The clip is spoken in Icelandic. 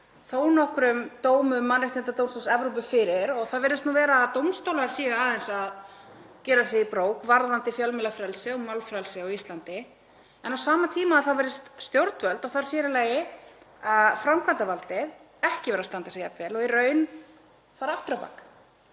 þó nokkrum dómum Mannréttindadómstóls Evrópu fyrir. Það virðist vera að dómstólar séu aðeins að gyrða sig í brók varðandi fjölmiðlafrelsi og málfrelsi á Íslandi en á sama tíma virðast stjórnvöld, og þá sér í lagi framkvæmdarvaldið, ekki vera að standa sig jafn vel og í raun fara aftur á bak.